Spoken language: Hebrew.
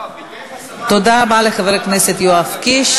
תודה רבה לחבר הכנסת יואב קיש.